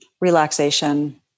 relaxation